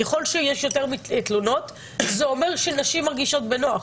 ככל שיש יותר תלונות זה אומר שנשים מרגישות בנוח.